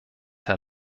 herr